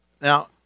Now